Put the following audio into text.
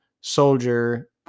soldier